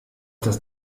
das